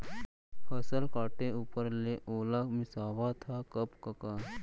फसल काटे ऊपर ले ओला मिंसवाथा कब कका?